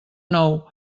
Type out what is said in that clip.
nou